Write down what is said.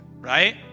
Right